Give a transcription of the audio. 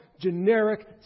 generic